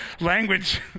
language